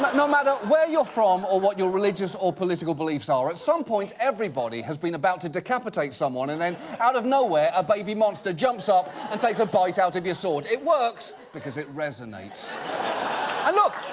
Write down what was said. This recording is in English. but no matter where you're from or what your religious or political beliefs are, at some point, everybody has been about to decapitate someone and then out of nowhere a baby monster jumps up and takes a bite out of your sword. it works because it resonates. audience laughing and look,